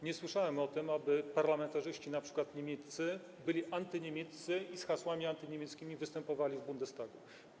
Nie słyszałem o tym, aby parlamentarzyści np. niemieccy byli antyniemieccy i z hasłami antyniemieckimi występowali w Bundestagu.